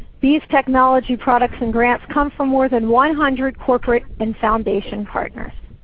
these technology products and grants come from more than one hundred corporate and foundation partners.